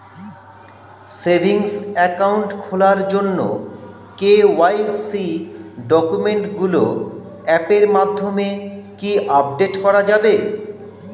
Savings account খোলার জন্য KYC ডকুমেন্টগুলো অ্যাপের মাধ্যমে কি আপডেট করা যাবে?